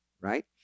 right